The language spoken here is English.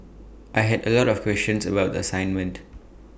I had A lot of questions about the assignment